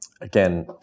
again